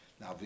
Now